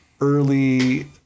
early